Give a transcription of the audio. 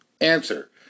Answer